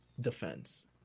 defense